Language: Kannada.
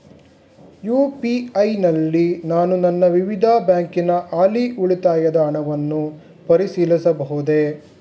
ಯು.ಪಿ.ಐ ನಲ್ಲಿ ನಾನು ನನ್ನ ವಿವಿಧ ಬ್ಯಾಂಕಿನ ಹಾಲಿ ಉಳಿತಾಯದ ಹಣವನ್ನು ಪರಿಶೀಲಿಸಬಹುದೇ?